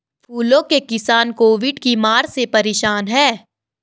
फूलों के किसान कोविड की मार से परेशान है